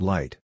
Light